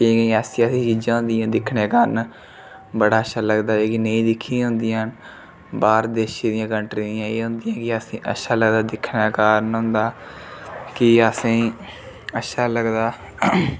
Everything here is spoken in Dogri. केईं ऐसी ऐसी चीज़ां होंदियां दिक्खने कारण बड़ा अच्छा लगदा ऐ जेह्की नेईं दिक्खी दियां होंदियां बाह्र देशै दिया कंट्री दी एह होंदियां कि असें अच्छा लगदा दिक्खने कारण होंदा कि असें ई अच्छा लगदा